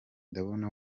ndabona